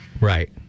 Right